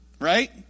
right